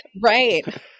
Right